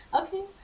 Okay